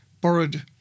borrowed